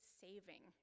saving